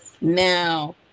Now